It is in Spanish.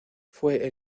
fue